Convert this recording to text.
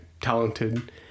talented